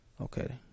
Okay